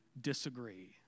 disagree